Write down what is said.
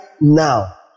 now